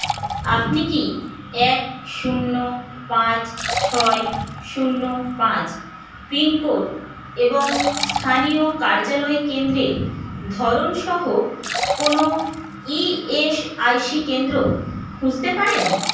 আপনি কি এক শূন্য পাঁচ ছয় শূন্য পাঁচ পিনকোড এবং স্থানীয় কার্যালয় কেন্দ্রের ধরন সহ কোনও ইএসআইসি কেন্দ্র খুঁজতে পারেন